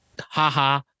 Ha-ha